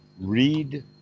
read